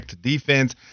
defense